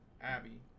Abby